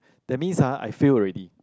that means ah I fail already